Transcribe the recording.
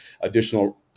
additional